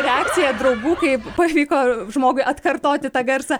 reakcija draugų kaip pavyko žmogui atkartoti tą garsą